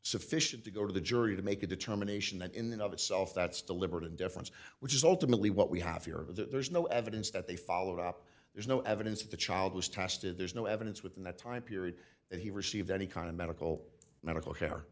sufficient to go to the jury to make a determination that in and of itself that's deliberate indifference which is ultimately what we have here that there's no evidence that they followed up there's no evidence of the child was tested there's no evidence within that time period that he received any kind of medical medical care